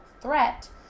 threat